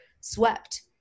swept